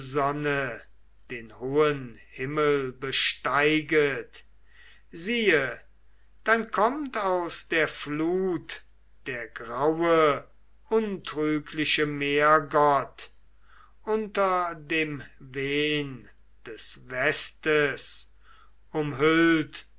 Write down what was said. den hohen himmel besteiget siehe dann kommt aus der flut der graue untrügliche meergott unter dem wehn des westes umhüllt